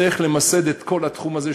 צריך למסד את כל התחום הזה,